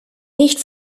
nicht